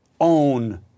own